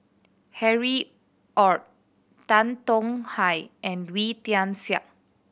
Harry Ord Tan Tong Hye and Wee Tian Siak